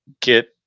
get